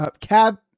cab